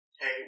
hey